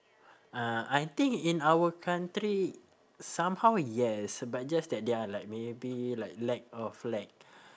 uh I think in our country somehow yes but just that they are like maybe like lack of like